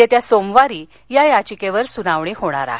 येत्या सोमवारी या याचिकेवर सुनावणी होणार आहे